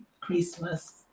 Christmas